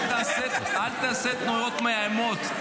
אל תעשה תנועות מאיימות.